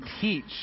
teach